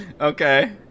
Okay